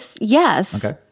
Yes